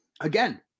again